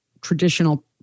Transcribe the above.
traditional